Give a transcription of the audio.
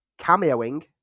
cameoing